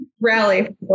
Rally